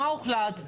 מה הוחלט,